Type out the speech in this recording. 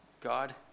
god